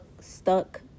stuck